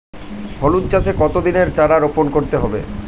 হলুদ চাষে কত দিনের চারা রোপন করতে হবে?